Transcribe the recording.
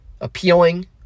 appealing